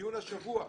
דיון השבוע.